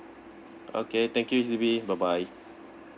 okay thank you H_D_B bye bye